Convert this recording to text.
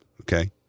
okay